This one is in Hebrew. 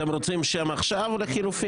אתם רוצים עכשיו שם או לחלופין?